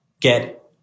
get